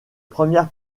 premières